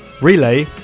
Relay